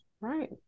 Right